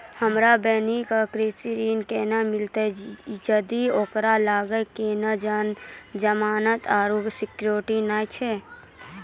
हमरो बहिनो के कृषि ऋण केना मिलतै जदि ओकरा लगां कोनो जमानत आरु सिक्योरिटी नै छै?